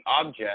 object